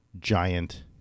giant